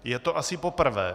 Je to asi poprvé...